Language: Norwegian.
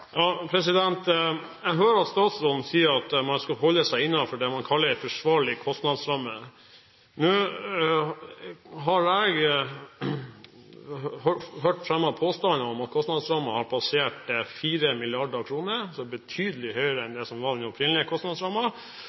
Jeg hører at statsråden sier at man skal holde seg innenfor det man kaller en forsvarlig kostnadsramme. Nå har jeg hørt påstander om at kostnadsrammen har passert 4 mrd. kr, altså betydelig høyere enn den opprinnelige kostnadsrammen. Det